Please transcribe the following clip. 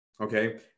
Okay